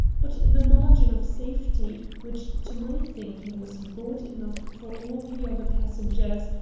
but the margin of safety, which to my thinking was broad enough for all the other passengers,